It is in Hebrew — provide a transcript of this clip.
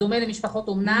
בדומה למשפחות אומנה.